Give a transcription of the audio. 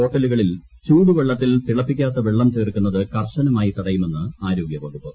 ഹോട്ടലുകളിൽ ചൂടുവെള്ളത്തിൽ തിളപ്പിക്കാത്ത വെള്ളം ചേർക്കുന്നത് കർശനമായി തടയുമെന്ന് ആരോഗൃ വകുപ്പ്